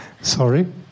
Sorry